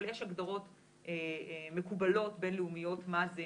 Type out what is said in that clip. אבל יש הגדרות מקובלות בינלאומיות מה זה